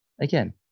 again